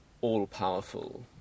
all-powerful